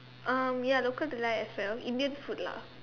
um ya local delight as well Indian food lah